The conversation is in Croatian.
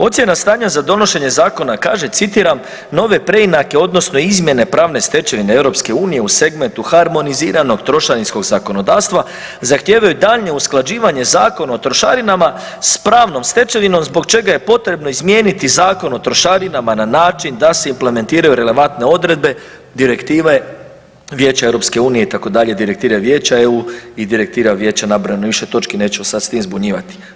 Ocjena stanja za donošenje zakona kaže citiram: Nove preinake, odnosno izmjene pravne stečevine Europske unije u segmentu harmoniziranog trošarinskog zakonodavstva zahtijevaju daljnje usklađivanje zakona o trošarinama s pravnom stečevinom zbog čega je potrebno izmijeniti Zakon o trošarinama na način da se implementiraju relevantne odredbe direktive Vijeća Europske unije itd., direktive Vijeća EU i direktive Vijeća nabrojano više točki, neću vas sada s tim zbunjivati.